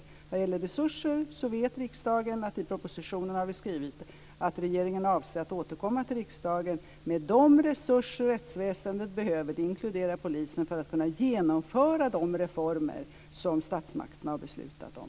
Vad det gäller resurser vet riksdagen att vi i propositionen har skrivit att regeringen avser att återkomma till riksdagen med de resurser rättsväsendet behöver - det inkluderar polisen - för att kunna genomföra de reformer som statsmakterna har beslutat om.